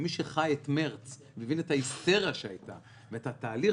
ומי שחי את מרץ הבין את ההיסטריה שהייתה ואת התהליך